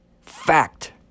Fact